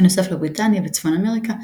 בנוסף לבריטניה וצפון אמריקה,